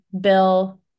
bill